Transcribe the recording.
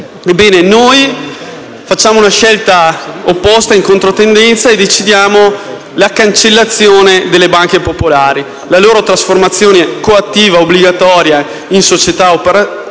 noi facciamo una scelta opposta ed in controtendenza, decidendo la cancellazione delle banche popolari, la loro trasformazione, coattiva ed obbligatoria, in società per azioni